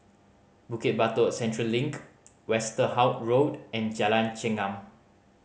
Bukit Batok Central Link Westerhout Road and Jalan Chengam